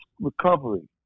recovery